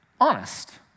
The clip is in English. honest